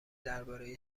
درباره